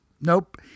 Nope